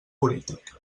polític